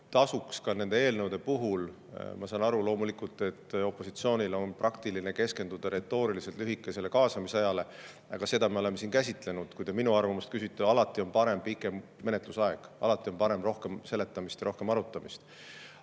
ka nende eelnõude puhul ma saan aru, loomulikult, et opositsioonil on praktiline keskenduda retooriliselt lühikesele kaasamisajale, aga seda me oleme siin käsitlenud. Kui te minu arvamust küsite, siis alati on parem pikem menetlusaeg, alati on parem rohkem seletamist ja rohkem arutamist.